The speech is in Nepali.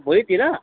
भोलीतिर